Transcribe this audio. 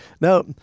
Now